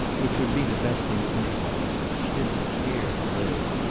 which would be the best thing anyhow she didn't care to live.